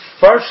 first